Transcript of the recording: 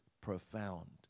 profound